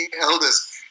elders